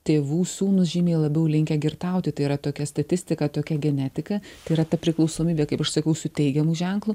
tėvų sūnūs žymiai labiau linkę girtauti tai yra tokia statistika tokia genetika tai yra ta priklausomybė kaip aš sakau su teigiamu ženklu